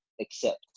accept